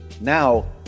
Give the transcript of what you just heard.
Now